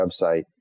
website